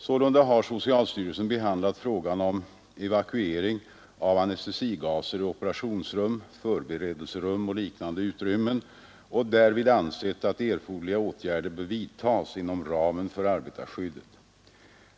Sålunda har socialstyrelsen behandlat frågan om evakuering av anestesigaser i operationsrum, förberedelserum och liknande utrymmen och därvid ansett att erforderliga åtgärder bör vidtas inom ramen för arbetarskyddet.